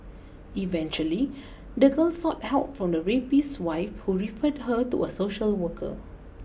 eventually the girl sought help from the rapist's wife who referred her to a social worker